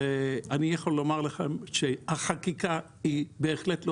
ואני יכול לומר לך שהחקיקה היא בהחלט לא